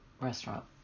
restaurant